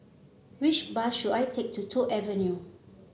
which bus should I take to Toh Avenue